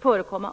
förekomma.